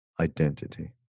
Identity